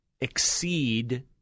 exceed